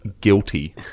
Guilty